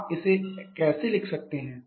आप इसे कैसे लिख सकते हैं